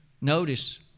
Notice